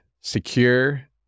secure